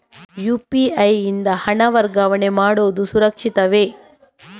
UPI ಯಿಂದ ಹಣ ವರ್ಗಾವಣೆ ಮಾಡುವುದು ಸುರಕ್ಷಿತವೇ?